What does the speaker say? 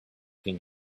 king